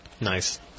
Nice